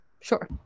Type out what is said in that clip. Sure